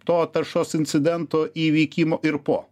to taršos incidento įvykimo ir po